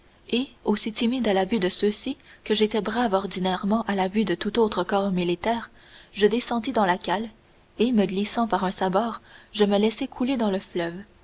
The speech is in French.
et aussi timide à la vue de ceux-ci que j'étais brave ordinairement à la vue de tout autre corps militaire je descendis dans la cale et me glissant par un sabord je me laissai couler dans le fleuve